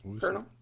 Colonel